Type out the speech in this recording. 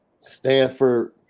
Stanford